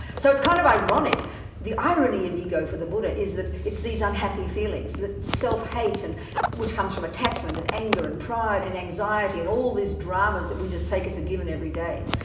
so it's kind of ironic the irony of ego for the buddha is that it's these unhappy feelings the self hate which comes from attachment, and anger, and pride, and anxiety and all these dramas that we just take as a given everyday.